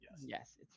Yes